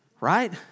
right